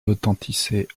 retentissaient